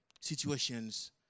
Situations